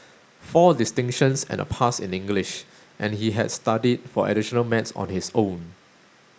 four distinctions and a pass in English and he had studied for additional maths on his own